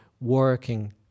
working